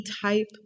type